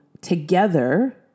together